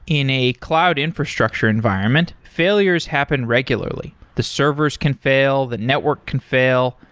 in a cloud infrastructure environment, failures happen regularly. the servers can fail, the network can fail,